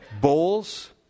bowls